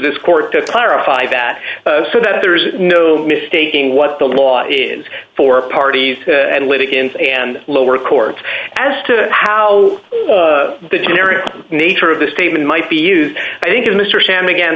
this court to clarify that so that there is no mistaking what the law is for parties and litigants and lower courts as to how the generic nature of the statement might be used i think mr sam again